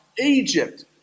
Egypt